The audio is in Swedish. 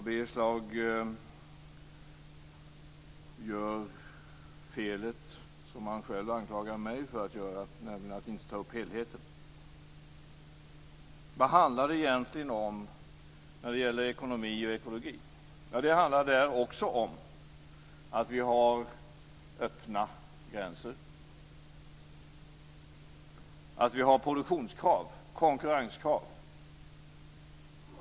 Herr talman! Birger Schlaug gör det fel som han anklagar mig för att göra, nämligen att inte ta upp helheten. Vad handlar det egentligen om när det gäller ekonomi och ekologi? Det handlar också där om öppna gränser, produktionskrav och konkurrenskrav.